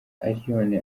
allioni